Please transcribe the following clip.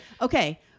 Okay